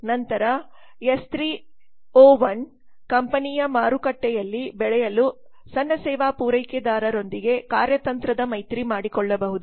ನಂತರ S 3 O 1 ಕಂಪನಿಯುಮಾರುಕಟ್ಟೆಯಲ್ಲಿ ಬೆಳೆಯಲು ಸಣ್ಣ ಸೇವಾ ಪೂರೈಕೆದಾರರೊಂದಿಗೆಕಾರ್ಯತಂತ್ರದಮೈತ್ರಿ ಮಾಡಿಕೊಳ್ಳಬಹುದು